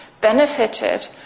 benefited